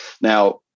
Now